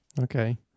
Okay